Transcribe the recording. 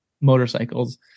motorcycles